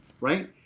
right